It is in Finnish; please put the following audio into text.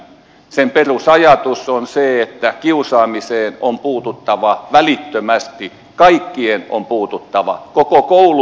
sen perusajatus on se että kiusaamiseen on puututtava välittömästi kaikkien on puututtava koko kouluyhteisön